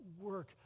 work